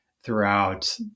throughout